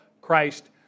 Christ